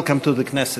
Welcome to the Knesset.